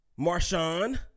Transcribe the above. Marshawn